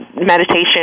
meditation